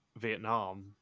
Vietnam